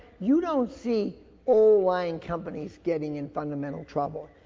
you don't see old line companies getting in fundamental trouble.